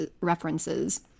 references